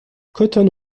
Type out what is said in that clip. cotton